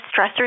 stressors